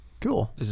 Cool